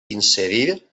inserir